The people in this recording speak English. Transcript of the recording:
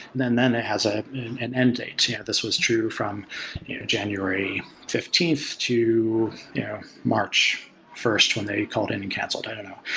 then then it has ah an end date. this was true from january fifteenth to march first when they called in and canceled. i don't know.